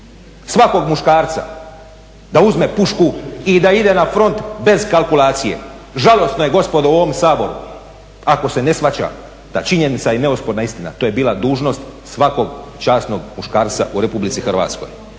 svakog muškarca da uzme pušku i da ide na front bez kalkulacije. Žalosno je gospodo u ovom Saboru ako se ne shvaća da činjenica i neosporna istina to je bila dužnost svakog časnog muškarca u Republici Hrvatskoj.